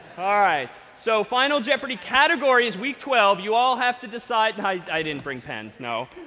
ah right, so final jeopardy category is week twelve. you all have to decide and i i didn't bring pens, no.